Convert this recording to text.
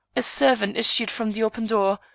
a servant issued from the open door,